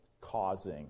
causing